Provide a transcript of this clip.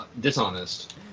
dishonest